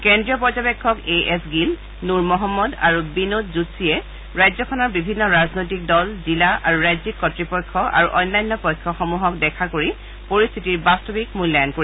কেন্দ্ৰীয় পৰ্যবেক্ষক A S Gill Nur Mohammad আৰু বিনোদ জুট্চিয়ে ৰাজ্যখনৰ বিভিন্ন ৰাজনৈতিক দল জিলা আৰু ৰাজ্যিক কৰ্ত্ৰপক্ষ আৰু অন্যান্য পক্ষসমূহক দেখা কৰি পৰিস্থিতিৰ বাস্তৱিক মল্যায়ন কৰিব